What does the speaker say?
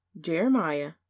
Jeremiah